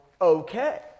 okay